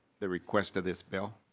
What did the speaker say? the request of this bill?